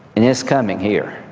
and it's coming here.